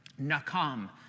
nakam